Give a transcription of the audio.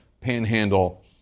panhandle